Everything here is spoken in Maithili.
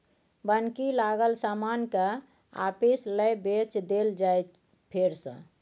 बन्हकी लागल समान केँ आपिस लए बेचि देल जाइ फेर सँ